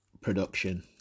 production